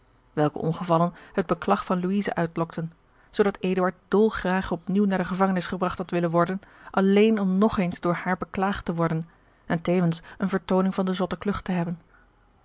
welke ongevallen het beklag van louise uitlokten zoodat eduard dol graag op nieuw naar de gevangenis gebragt had willen worden alleen om nog eens door haar beklaagd te worden en tevens eene vertooning van de zotte klucht te hebben